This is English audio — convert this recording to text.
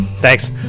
Thanks